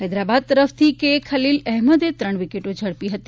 હૈદરાબાદ તરફથી કે ખલીલ અહેમદે ત્રણ વિકેટો ઝડપી હતી